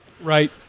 Right